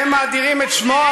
אתם מאדירים את שמו,